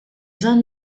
vingt